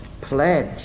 pledge